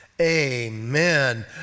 amen